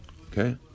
Okay